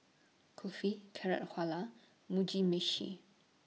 Kulfi Carrot Mugi Meshi